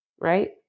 right